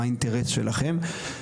מה האינטרס שלכם.